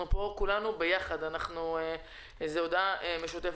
אנחנו פה כולנו ביחד, זו הודעה משותפת.